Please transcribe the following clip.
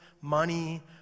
money